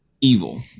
evil